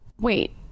wait